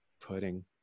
Pudding